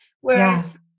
whereas